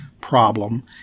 problem